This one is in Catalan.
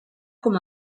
com